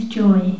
joy